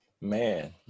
Man